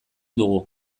dugu